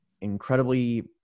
incredibly